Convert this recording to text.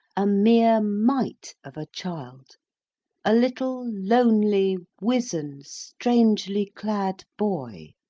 a mere mite of a child a little, lonely, wizen, strangely-clad boy,